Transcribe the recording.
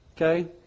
okay